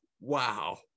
wow